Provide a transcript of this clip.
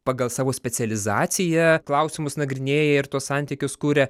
pagal savo specializaciją klausimus nagrinėja ir tuos santykius kuria